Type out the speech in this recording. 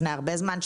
לפני הרבה זמן.